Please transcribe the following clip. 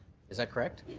is that correct?